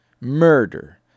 murder